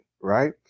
Right